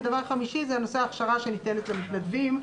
ודבר חמישי זה נושא ההכשרה שניתנת למתנדבים.